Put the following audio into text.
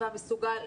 המשפחה.